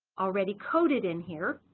already coded in here.